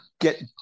get